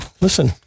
listen